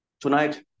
Tonight